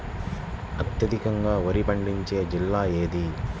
అత్యధికంగా వరి పండించే జిల్లా ఏది?